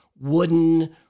wooden